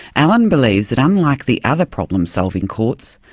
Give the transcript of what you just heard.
allen believes that unlike the other problem-solving courts,